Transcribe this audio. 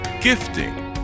gifting